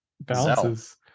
balances